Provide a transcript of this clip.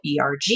ERG